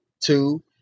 two